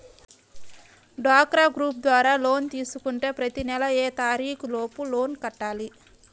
డ్వాక్రా గ్రూప్ ద్వారా లోన్ తీసుకుంటే ప్రతి నెల ఏ తారీకు లోపు లోన్ కట్టాలి?